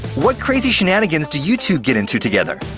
what crazy shenanigans do you two get into together?